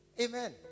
Amen